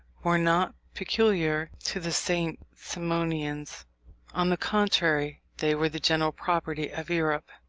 were not peculiar to the st. simonians on the contrary, they were the general property of europe,